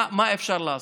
מה אפשר לעשות?